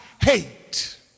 hate